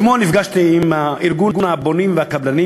אתמול נפגשתי עם ארגון הקבלנים והבונים,